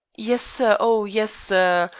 yes, sir oh yes, sir.